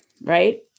right